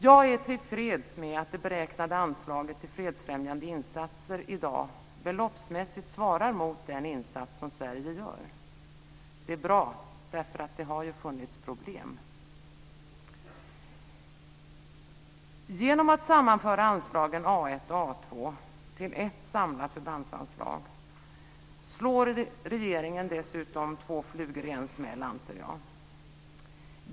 Jag är tillfreds med att det beräknade anslaget till fredsfrämjande insatser i dag beloppsmässigt svarar mot den insats som Sverige gör. Det är bra, för det har funnits problem. Genom att sammanföra anslagen A 1 och A 2 till ett samlat förbandsanslag slår regeringen dessutom två flugor i en smäll, anser jag.